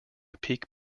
peak